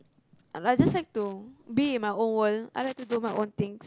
I just like to be in my own world I like to do my own thing